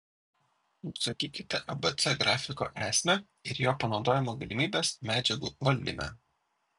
nusakykite abc grafiko esmę ir jo panaudojimo galimybes medžiagų valdyme